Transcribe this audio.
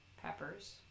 peppers